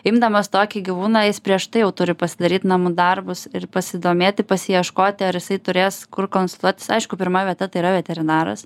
imdamas tokį gyvūną jis prieš tai jau turi pasidaryt namų darbus ir pasidomėti pasiieškoti ar jisai turės kur konsultuotis aišku pirma vieta tai yra veterinaras